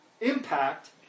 impact